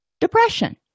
depression